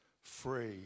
free